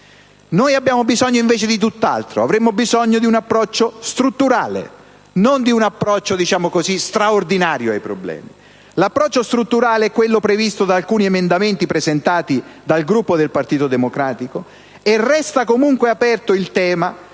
Noi abbiamo invece bisogno di tutt'altro. Avremmo bisogno di un approccio strutturale e non straordinario ai problemi. L'approccio strutturale è quello previsto da alcuni emendamenti presentati dal Gruppo del Partito Democratico. E resta comunque aperto il tema